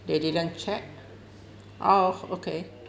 they didn't check oh okay